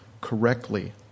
correctly